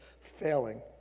failing